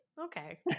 okay